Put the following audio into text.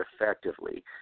effectively